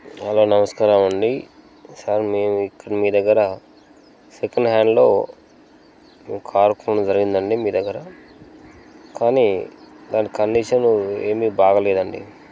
hello నమస్కారం అండి sir మేము ఇక్కడ మీ దగ్గర సెకండ్ హ్యాండ్లో కార్ కొనడం జరిగింది అండి మీ దగ్గర కానీ దాని కండిషన్ ఏమి బాగలేదు అండి